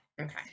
Okay